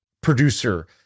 producer